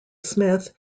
smith